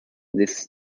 this